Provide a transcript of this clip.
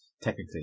technically